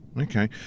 Okay